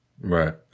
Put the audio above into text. Right